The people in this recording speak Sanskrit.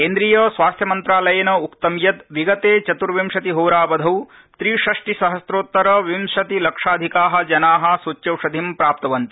केन्द्रीय स्वास्थ्य मन्त्रालयेन उक्तं यत् विगते चतुर्विंशति होरावधौ त्रि षष्टि सहस्रोत्तर विंशति लक्षाधिका जना सुच्यौषधिं प्राप्तवन्त